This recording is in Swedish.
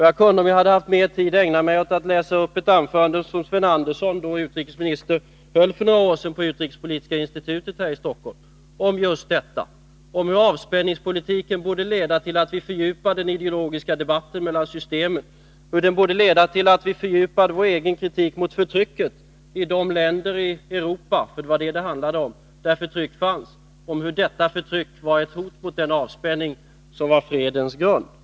Jag kunde, om jag hade haft mer tid, ha ägnat mig åt att läsa upp ett anförande som Sven Andersson, då utrikesminister, höll för några år sedan på utrikespolitiska institutet här i Stockholm om hur avspänningspolitiken borde leda till att vi fördjupade den ideologiska debatten mellan systemen, hur den borde leda till att vi fördjupade vår egen kritik mot förtrycket i de länder i Europa — det var vad det handlade om — där förtryck fanns och om hur detta förtryck var ett hot mot den avspänning som var fredens grund.